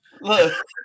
Look